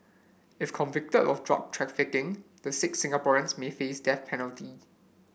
if convicted of drug trafficking the six Singaporeans may face death penalty